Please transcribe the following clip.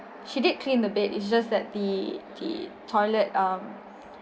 she did clean the bed it's just that the the toilet um